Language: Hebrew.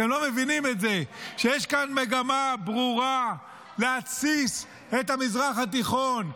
אתם לא מבינים שיש כאן מגמה ברורה להתסיס את המזרח התיכון,